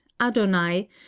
Adonai